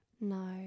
No